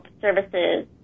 Services